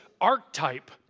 archetype